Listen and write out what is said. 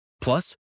Plus